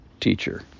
teacher